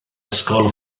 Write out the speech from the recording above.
ysgol